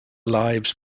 lives